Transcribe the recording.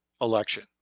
election